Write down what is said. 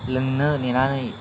लोंनो नेनानै